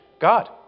God